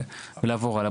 ולעבור הלאה.